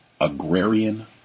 agrarian